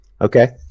Okay